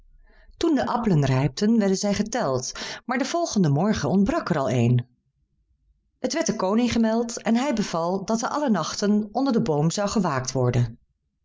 toen de appelen rijpten werden zij geteld maar den volgenden morgen ontbrak er al een het werd den koning gemeld en hij beval dat er alle nachten onder den boom zou gewaakt worden